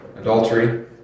Adultery